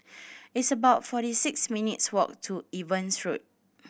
it's about forty six minutes' walk to Evans Road